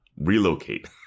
relocate